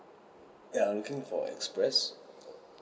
ya I am looking for express